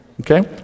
okay